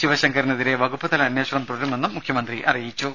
ശിവശങ്കറിനെതിരെ വകുപ്പുതല അന്വേഷണം തുടരുമെന്നും മുഖ്യമന്ത്രി അറിയിച്ചു